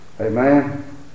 Amen